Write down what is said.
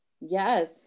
Yes